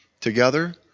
together